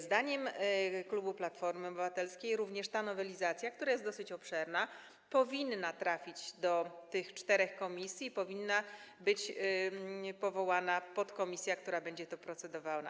Zdaniem klubu Platformy Obywatelskiej również ta nowelizacja, która jest dosyć obszerna, powinna trafić do tych czterech komisji i powinna być powołana podkomisja, która będzie nad tym procedowała.